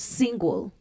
single